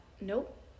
nope